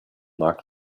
locked